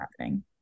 happening